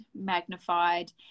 magnified